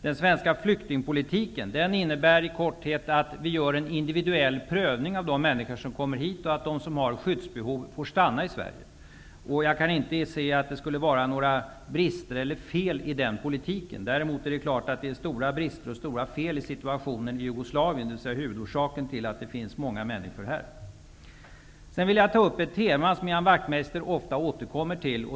Den svenska flyktingpolitiken innebär i korthet att vi gör en individuell prövning när det gäller människor som kommer hit och att de som har skyddsbehov får stanna i Sverige. Jag kan inte se att det skulle vara några brister eller fel i den politiken. Däremot är det klart att det finns stora brister och fel i situationen i Jugoslavien, dvs. huvudorsaken till att det finns många människor här. Sedan vill jag ta upp ett tema som Ian Wachtmeister ofta återkommer till.